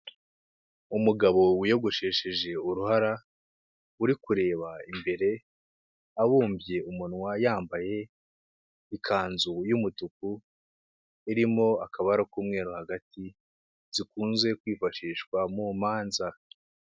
Umugabo wiyogoshesheje uruhara uri kureba imbere abumbye umunwa yambaye ikanzu y'umutuku irimo akabara k'umweru hagati zikunze kwifashishwa mu manza.